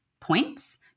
points